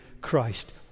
Christ